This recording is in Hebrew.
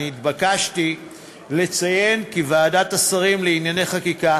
התבקשתי לציין כי ועדת השרים לענייני חקיקה